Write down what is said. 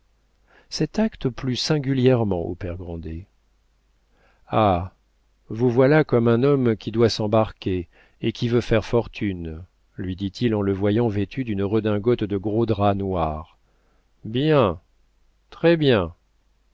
cet acte plut singulièrement au père grandet ah vous voilà comme un homme qui doit s'embarquer et qui veut faire fortune lui dit-il en le voyant vêtu d'une redingote de gros drap noir bien très bien